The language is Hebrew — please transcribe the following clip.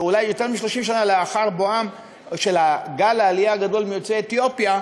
או אולי יותר מ-30 שנה לאחר בוא גל העלייה הגדול של יוצאי אתיופיה,